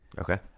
okay